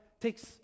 takes